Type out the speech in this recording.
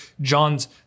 John's